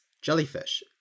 jellyfish